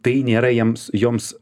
tai nėra jiems joms